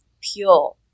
pure